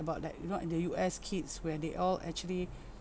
about like you know the U_S kids where they all actually